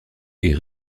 est